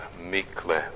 meekly